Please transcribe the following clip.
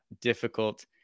difficult